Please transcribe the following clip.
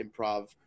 improv